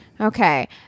okay